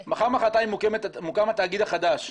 מחר, מחרתיים מוקם התאגיד החדש.